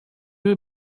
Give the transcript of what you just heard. will